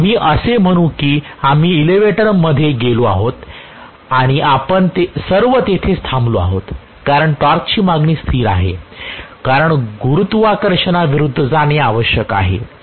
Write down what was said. आम्ही असे म्हणू की आम्ही एलेवेटेर मध्ये गेलो आहोत आणि आपण सर्व तिथेच थांबलो आहोत कारण टॉर्कची मागणी स्थिर आहे कारण गुरुत्वाकर्षणाविरूद्ध जाणे आवश्यक आहे